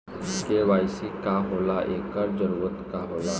KYC का होला एकर जरूरत का होला?